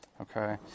Okay